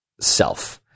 self